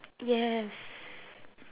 yes